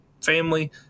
family